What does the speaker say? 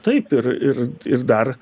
taip ir ir ir ir dar